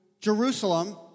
Jerusalem